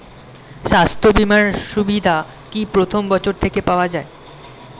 স্বাস্থ্য বীমার সুবিধা কি প্রথম বছর থেকে পাওয়া যায়?